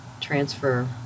transfer